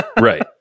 Right